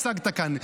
אתה הרגע הצגת כאן.